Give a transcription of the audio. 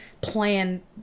plan